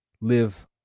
live